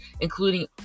including